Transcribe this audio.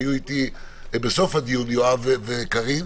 היו איתי בסוף הדיון יואב וקארין.